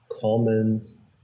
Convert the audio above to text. comments